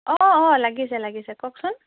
অঁ অঁ লাগিছে লাগিছে কওকচোন